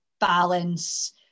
balance